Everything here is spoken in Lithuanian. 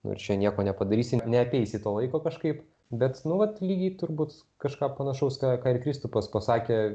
nu irčia nieko nepadarysi neapeisi to laiko kažkaip bet nu vat lygiai turbūt kažką panašauską ką ir kristupas pasakė